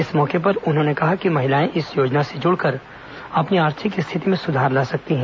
इस मौके पर उन्होंने कहा कि महिलाएं इस योजना से जुड़कर अपनी आर्थिक स्थिति में सुधार ला सकती हैं